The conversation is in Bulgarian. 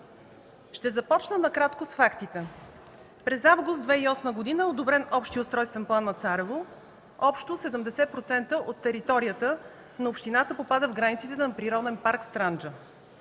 Ще започна накратко с фактите. През август 2008 г. е одобрен Общият устройствен план на Царево – общо 70% от територията на общината попада в границите на Природен парк „Странджа”.